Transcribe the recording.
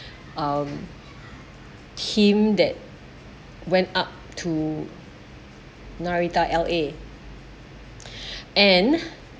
um team that went up to narita L_A and